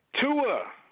Tua